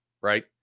right